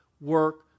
work